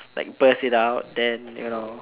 like burst it out then you know